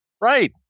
Right